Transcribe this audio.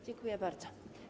Dziękuję bardzo.